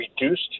reduced